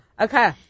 Okay